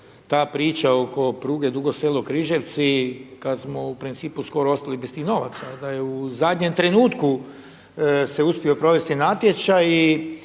ta priča oko pruge Dugo Selo-Križevci kada smo u principu skoro ostali bez tih novaca, da je u zadnjem trenutku se uspio provesti natječaj